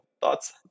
thoughts